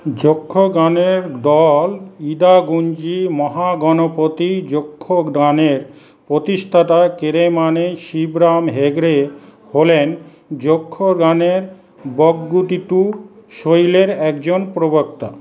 যক্ষগানের দল ইদাগুঞ্জি মহাগণপতি যক্ষগানের প্রতিষ্ঠাতা কেরেমানে শিবরাম হেগড়ে হলেন যক্ষগনের বদগুতিটু শৈলীর একজন প্রবক্তা